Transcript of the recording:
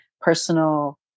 personal